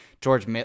George